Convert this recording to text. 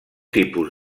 tipus